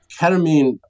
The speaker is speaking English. ketamine